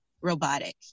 robotic